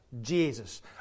Jesus